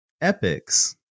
epics